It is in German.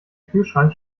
kühlschrank